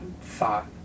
thought